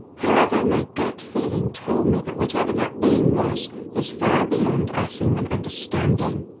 however, my gut feeling told me that whatever that being was is far beyond our human understanding.